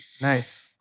Nice